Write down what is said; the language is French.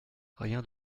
rien